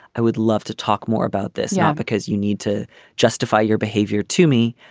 i would love to talk more about this yeah because you need to justify your behavior to me.